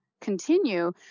continue